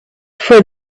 for